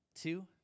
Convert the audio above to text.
Two